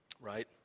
right